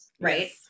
right